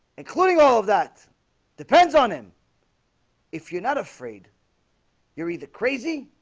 and cluding all of that depends on him if you're not afraid you're either crazy